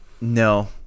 No